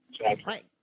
Right